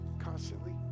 constantly